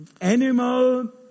animal